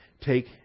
Take